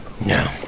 No